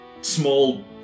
small